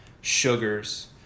sugars